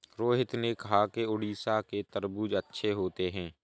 रोहित ने कहा कि उड़ीसा के तरबूज़ अच्छे होते हैं